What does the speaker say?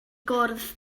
gwrdd